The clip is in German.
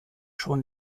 schon